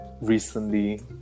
recently